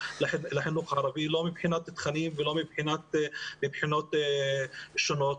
לחינוך הערבי לא בתכנים ולא מבחינות שונות.